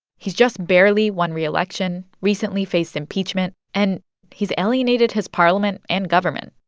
he's just barely won re-election, recently faced impeachment, and he's alienated his parliament and government.